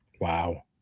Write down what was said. Wow